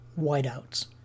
whiteouts